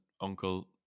uncle